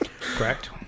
correct